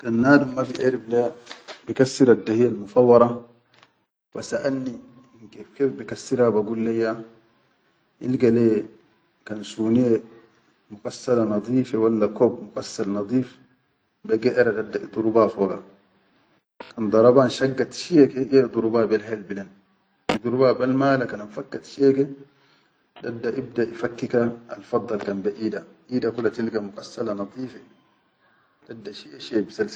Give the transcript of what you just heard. Kan nadum ma biʼerif le bikassir addahiye al mufawarara wa saʼalni kef-kef bikassira bagul leyya ilga le kan suniya miqassala nadife walla kob miqassal nadif be geʼara dadda idurba foga kan daraba anfakkat shiye ke ya iduruba bel hel belen iduruba bel muqalla, kan anfakkat shiye ke dadda ibda ifukkal faddal kan be ida, ida kula tilga miqassala nadife dadda shiye.